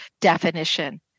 definition